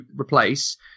replace